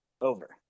Over